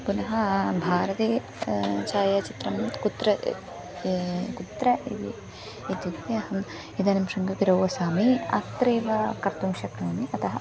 पुनः भारते छायाचित्रं कुत्र कुत्र इति इत्युक्ते अहम् इदानीं शृङ्गगिरौ वसामि अत्रैव कर्तुं शक्नोमि अतः